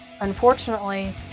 Unfortunately